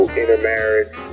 intermarriage